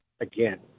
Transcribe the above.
again